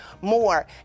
more